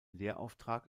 lehrauftrag